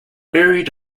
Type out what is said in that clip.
buried